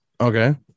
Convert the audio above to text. Okay